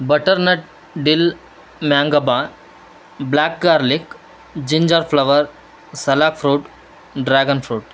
butternut dill mangaba black garlic ginger flower salak fruit dragon fruit